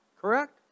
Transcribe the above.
Correct